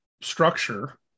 structure